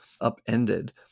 upended